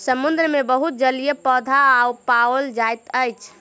समुद्र मे बहुत जलीय पौधा पाओल जाइत अछि